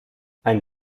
ein